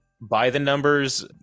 by-the-numbers